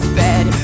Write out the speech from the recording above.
bed